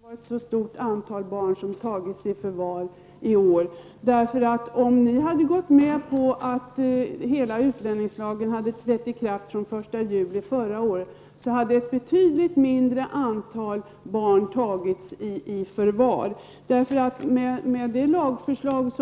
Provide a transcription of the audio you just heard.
Herr talman! Jag skulle nog vilja säga att Maria Leissner själv har medverkat till att ett så stort antal barn har tagits i förvar i år. Om ni hade gått med på att låta utlänningslagen träda i kraft den 1 juli förra året, skulle nämligen antalet barn i förvar ha varit betydligt mindre. Med det aktuella lagförslaget